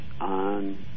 on